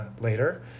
later